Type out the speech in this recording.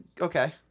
okay